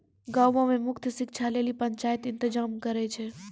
गांवो मे मुफ्त शिक्षा लेली पंचायत इंतजाम करै छै